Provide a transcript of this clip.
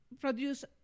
produce